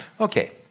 Okay